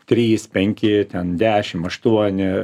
trys penki ten dešimt aštuoni